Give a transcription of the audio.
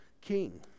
king